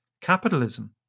capitalism